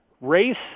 race